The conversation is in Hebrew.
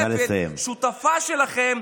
השותפה שלכם,